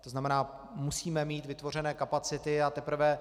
To znamená, musíme mít vytvořené kapacity a teprve...